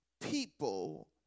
people